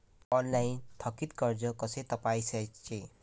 Online थकीत कर्ज कसे तपासायचे?